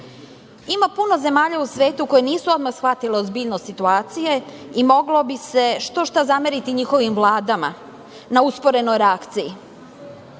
puno zemalja u svetu koje nisu odmah shvatile ozbiljnost situacije i moglo bi se štošta zameriti njihovim vladama, na usporenoj reakciji. Da